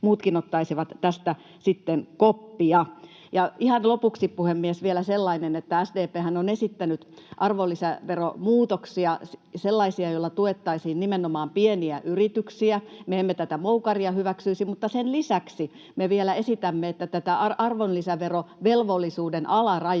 muutkin ottaisivat tästä koppia. Ja ihan lopuksi, puhemies, vielä sellainen, että SDP:hän on esittänyt arvonlisäveromuutoksia, sellaisia, joilla tuettaisiin nimenomaan pieniä yrityksiä — me emme tätä moukaria hyväksyisi — mutta sen lisäksi me vielä esitämme, että tätä arvonlisäverovelvollisuuden alarajaa